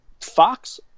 fox